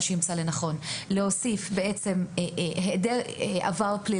ומה שהוא ימצא לנכון להוסיף היעדר מרשם